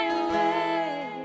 away